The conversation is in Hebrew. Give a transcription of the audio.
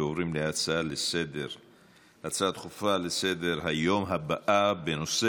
אנחנו עוברים להצעות הדחופות הבאות לסדר-היום,